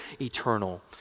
eternal